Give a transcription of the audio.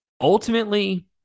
ultimately